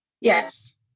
Yes